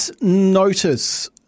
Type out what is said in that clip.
notice